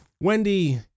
Wendy